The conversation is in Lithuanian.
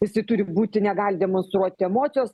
jisai turi būti negali demonstruoti emocijos